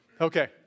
Okay